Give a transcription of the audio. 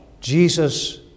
Jesus